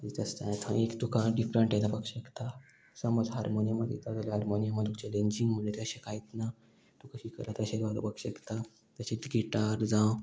वाजयता आसतना थंय एक तुका डिफरंट हें जावपाक शकता समज हार्मोनियम दिता जाल्यार हार्मोनियमांत तुका चॅलेंजींग म्हणटा अशें कांयच ना तुका शिकयता तशें वाजोपाक शकता तशेंच गिटार जावं